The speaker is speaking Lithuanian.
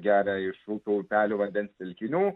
geria iš upių upelių vandens telkinių